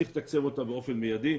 צריך לתקצב אותה באופן מיידי,